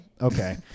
Okay